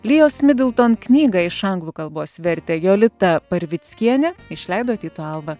lijos midlton knygą iš anglų kalbos vertė jolita parvickienė išleido tyto alba